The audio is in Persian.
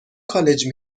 کالج